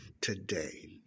today